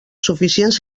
suficients